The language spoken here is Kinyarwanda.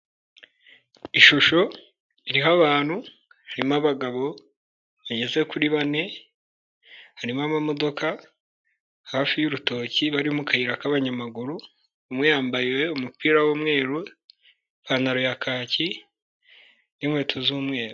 Ishusho iriho abantu harimo abagabo bageze kuri bane, harimo amamodoka hafi y'urutoki bari mu kayira k'abanyamaguru, umwe yambaye umupira w'umweru ipantaro ya kaki ,n'inkweto z'umweru.